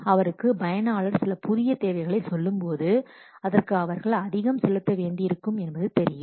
அவருக்கு பயனாளர் சில புதிய தேவைகளை சொல்லும்போது அதற்கு அவர்கள் அதிகம் செலுத்த வேண்டியிருக்கும் என்பது தெரியும்